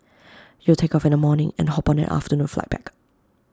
you'll take off in the morning and hop on an afternoon flight back